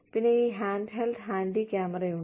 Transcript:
പിന്നെ ഈ handheld handy ക്യാമറയുണ്ട്